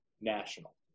national